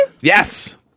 Yes